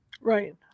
right